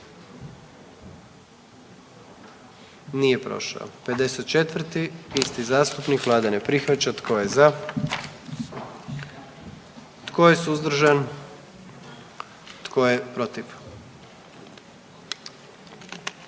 dio zakona. 44. Kluba zastupnika SDP-a, vlada ne prihvaća. Tko je za? Tko je suzdržan? Tko je protiv?